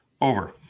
Over